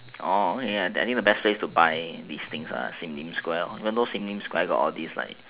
okay I think the best place to buy these are things sim-lim square even though sim-lim has all these like